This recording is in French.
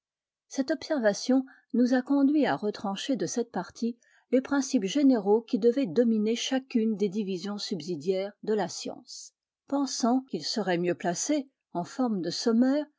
cette observation nous a conduit à retrancher de cette partie les principes généraux qui devaient dominer chacune des divisions subsidiaires de la science pensant qu'ils seraient mieux placés en forme de sommaires